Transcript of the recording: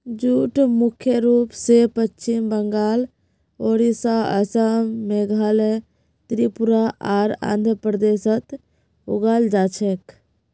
jute मुख्य रूप स पश्चिम बंगाल, ओडिशा, असम, मेघालय, त्रिपुरा आर आंध्र प्रदेशत उगाल जा छेक